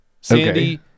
Sandy